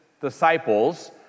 disciples